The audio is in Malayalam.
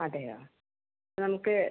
അതെയോ നമുക്ക്